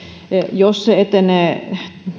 jos se etenee